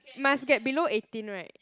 must get below eighteen [right]